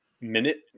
minute